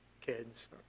kids